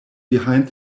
behind